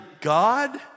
God